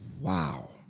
wow